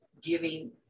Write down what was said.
giving